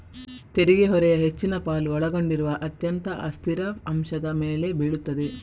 ತೆರಿಗೆ ಹೊರೆಯ ಹೆಚ್ಚಿನ ಪಾಲು ಒಳಗೊಂಡಿರುವ ಅತ್ಯಂತ ಅಸ್ಥಿರ ಅಂಶದ ಮೇಲೆ ಬೀಳುತ್ತದೆ